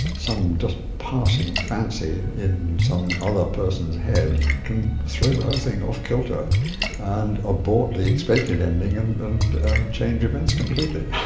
some just passing fancy in some other person's head can throw the whole thing off kilter and abort the expected ending and change events completely.